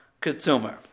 consumer